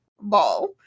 Ball